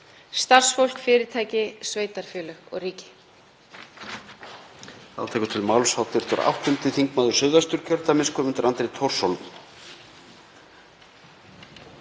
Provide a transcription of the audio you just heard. starfsfólk, fyrirtæki, sveitarfélög og ríkið.